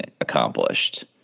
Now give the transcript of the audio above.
accomplished